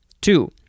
two